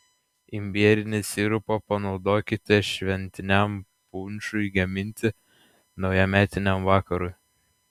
imbierinį sirupą panaudokite šventiniam punšui gaminti naujametiniam vakarui